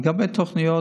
ולגבי תוכניות